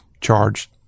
charged